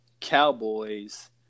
Cowboys